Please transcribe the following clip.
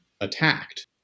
attacked